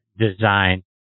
design